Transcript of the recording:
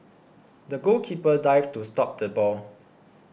the goalkeeper dived to stop the ball